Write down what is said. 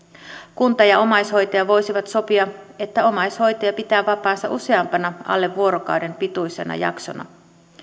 kunta ja omaishoitaja voisivat sopia että omaishoitaja pitää vapaansa useampana alle vuorokauden pituisena jaksona